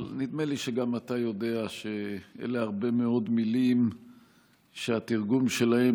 אבל נדמה לי שגם אתה יודע שאלה הרבה מאוד מילים שהתרגום שלהן